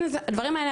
הנה הדברים האלה,